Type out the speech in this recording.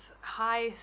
high